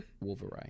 wolverine